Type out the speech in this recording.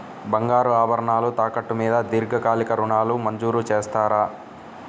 బంగారు ఆభరణాలు తాకట్టు మీద దీర్ఘకాలిక ఋణాలు మంజూరు చేస్తారా?